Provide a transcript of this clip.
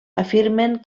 afirmen